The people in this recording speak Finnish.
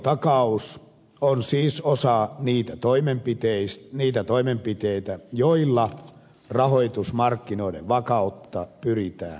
valtiontakaus on siis osa niitä toimenpiteitä joilla rahoitusmarkkinoiden vakautta pyritään parantamaan